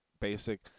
basic